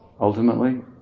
ultimately